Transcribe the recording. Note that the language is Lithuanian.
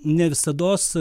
ne visados